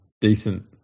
decent